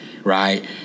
Right